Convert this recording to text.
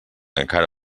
encara